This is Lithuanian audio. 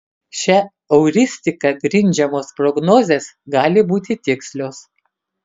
šia euristika grindžiamos prognozės gali būti tikslios